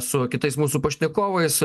su kitais mūsų pašnekovais